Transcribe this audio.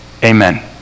Amen